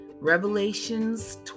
Revelations